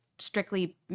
strictly